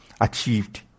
achieved